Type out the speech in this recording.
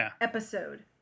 episode